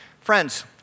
Friends